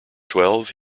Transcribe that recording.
twelve